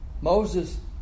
Moses